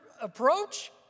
approach